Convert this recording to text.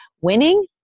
winning